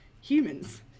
humans